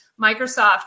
Microsoft